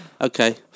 Okay